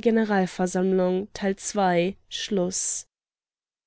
generalversammlung